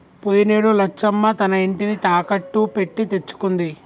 పోయినేడు లచ్చమ్మ తన ఇంటిని తాకట్టు పెట్టి తెచ్చుకుంది